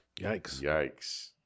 Yikes